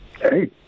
hey